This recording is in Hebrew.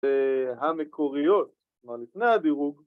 ‫בהמקוריות, כלומר, לפני הדירוג.